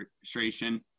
registration